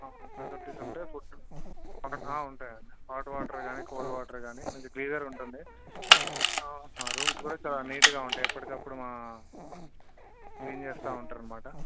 facilities అంటే food hot ఉంటాయండి hot water కానీ కోల్డ్ వాటర్ కానీ కొంచెం గీజర్ ఉంటుంది రూమ్స్ కూడా చాలా నీట్గా ఉంటాయి ఎప్పటికప్పుడు మా క్లీన్ చేస్తూ ఉంటారు అన్నమాట